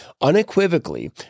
unequivocally